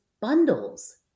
bundles